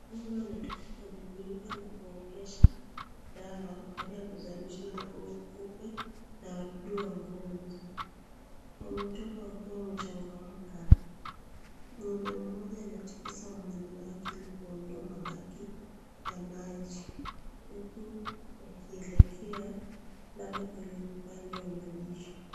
Ngombe wanatoka kwenye vyumba na kuogesha dawa baada ya kuzalisha mifugo kupe na adui wa ngozi. Wametoka wakiwa wamechangamka. Ngombe mmoja anatikiza mwili wake ili kuondoa mabaki ya maji huku wakielekea labda kwenye upande wa malisho.